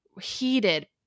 heated